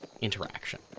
interaction